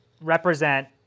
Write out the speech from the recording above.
represent